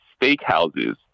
steakhouses